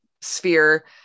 sphere